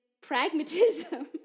pragmatism